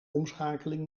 omschakeling